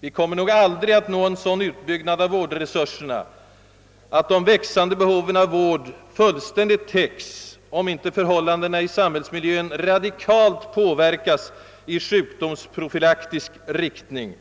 Vi kommer nog aldrig att nå en sådan utbyggnad av vårdresurserna, att de växande behoven av vård fullständigt täcks, om inte förhållandena i samhällsmiljön radikalt påverkas i sjukdomsprofylaktisk riktning.